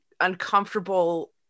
uncomfortable